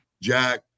Jack